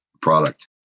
product